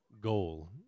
goal